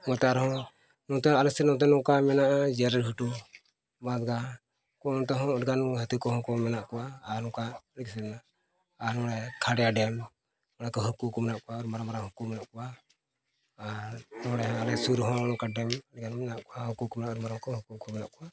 ᱜᱳᱴᱟ ᱨᱮᱦᱚᱸ ᱱᱚᱛᱮ ᱟᱞᱮᱥᱮᱫ ᱱᱚᱛᱮ ᱱᱚᱝᱠᱟ ᱢᱮᱱᱟᱜᱼᱟ ᱜᱷᱩᱴᱩ ᱵᱟᱜᱟᱱ ᱚᱱᱛᱮ ᱦᱚᱸ ᱟᱹᱰᱤᱜᱟᱱ ᱦᱟᱹᱛᱤ ᱠᱚᱦᱚᱸ ᱢᱮᱱᱟᱜ ᱠᱚᱣᱟ ᱟᱨ ᱚᱱᱠᱟ ᱟᱨ ᱚᱸᱰᱮ ᱠᱷᱟᱸᱰᱭᱟ ᱰᱮᱢ ᱚᱸᱰᱮ ᱦᱟᱹᱠᱩ ᱠᱚ ᱢᱮᱱᱟᱜ ᱠᱚᱣᱟ ᱟᱨ ᱢᱟᱨᱟᱝ ᱢᱟᱨᱟᱝ ᱦᱟᱹᱠᱩ ᱢᱮᱱᱟᱜ ᱠᱚᱣᱟ ᱟᱨ ᱱᱚᱸᱰᱮ ᱟᱞᱮ ᱥᱩᱨ ᱨᱮᱦᱚᱸ ᱱᱚᱝᱠᱟ ᱰᱮᱢ ᱜᱮ ᱢᱮᱱᱟᱜ ᱠᱚᱣᱟ ᱦᱟᱹᱠᱩ ᱠᱚ ᱢᱮᱱᱟᱜ ᱠᱚᱣᱟ ᱦᱟᱹᱠᱩ ᱠᱚ ᱢᱮᱱᱟᱜ ᱠᱚᱣᱟ